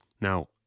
Now